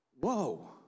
Whoa